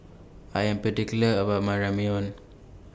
I Am particular about My Ramyeon